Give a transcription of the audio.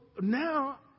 now